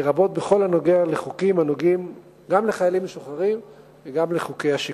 לרבות בכל הקשור לחוקים הנוגעים גם לחיילים משוחררים וגם לחוקי השיקום.